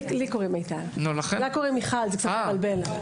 לי קוראים מיטל, לה קוראים מיכל, זה קצת מבלבל.